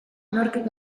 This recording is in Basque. nork